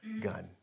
gun